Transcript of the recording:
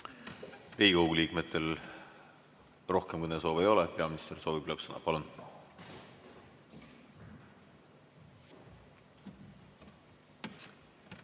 Riigikogu liikmetel rohkem kõnesoove ei ole. Peaminister soovib lõppsõna. Palun!